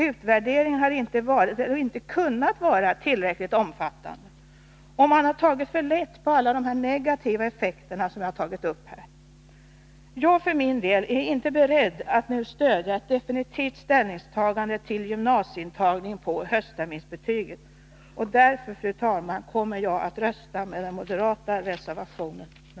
Utvärderingen har inte varit och har inte kunnat vara tillräckligt omfattande, och man har tagit för lätt på alla de negativa effekter jag här tagit upp. Jag för min del är inte beredd att nu stödja ett definitivt ställningstagande till gymnasieintagning på höstterminsbetyget. Därför, fru talman, kommer jag att rösta med den moderata reservationen.